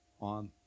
on